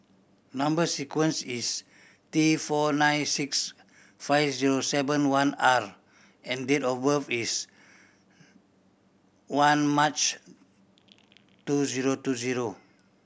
number sequence is T four nine six five zero seven one R and date of birth is one March two zero two zero